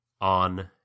on